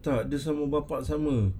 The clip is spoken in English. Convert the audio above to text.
tak dia sama bapa sama